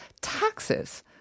taxes